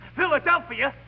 Philadelphia